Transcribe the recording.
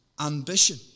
ambition